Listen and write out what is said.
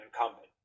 incumbent